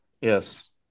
Yes